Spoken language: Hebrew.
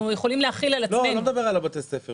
דה פקטו